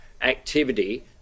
activity